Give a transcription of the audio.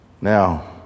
Now